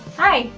hi,